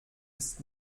ist